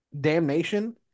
damnation